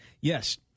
Yes